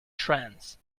trance